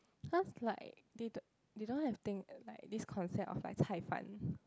cause like they don't they don't have thing like this concept of like 菜饭